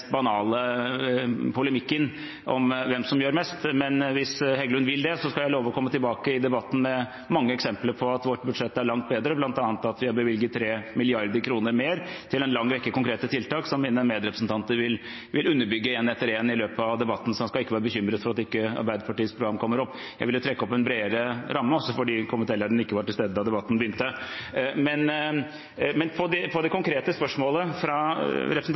banale polemikken om hvem som gjør mest. Men hvis Heggelund vil det, skal jeg love å komme tilbake i debatten med mange eksempler på at vårt budsjett er langt bedre, bl.a. at vi har bevilget 3 mrd. kr mer til en lang rekke konkrete tiltak som mine medrepresentanter en etter en vil underbygge i løpet av debatten. Så han skal ikke være bekymret for at ikke Arbeiderpartiets program kommer opp. Jeg ville trekke opp en bredere ramme, også fordi komitélederen ikke var til stede da debatten begynte. Til det konkrete spørsmålet